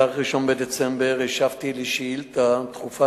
בתאריך 1 בדצמבר השבתי לשאילתא דחופה